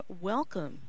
welcome